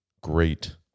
great